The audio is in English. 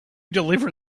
deliver